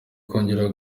kongera